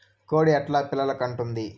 కోడి ఎట్లా పిల్లలు కంటుంది?